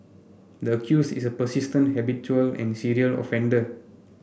the accused is a persistent habitual and serial offender